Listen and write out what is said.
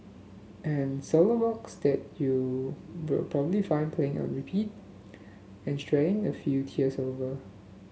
and solo works that you will probably find playing on repeat and shedding a few tears over